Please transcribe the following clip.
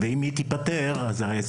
ואם זה ייפתר אז ההסכם ייצא.